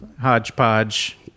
hodgepodge